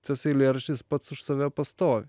tas eilėraštis pats už save pastovi